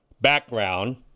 background